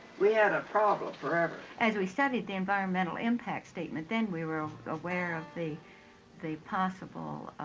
we had a problem forever. as we studied the environmental impact statement, then we were aware of the the possible